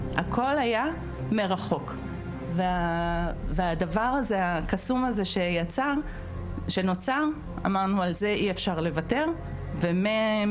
הכל היה מרחוק והדבר הזה הקסום שנוצר אמרנו על זה אי אפשר לוותר ומאותה